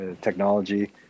technology